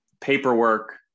paperwork